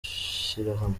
shyirahamwe